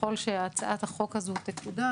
ככל שהצעת החוק הזו תקודם,